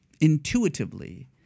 intuitively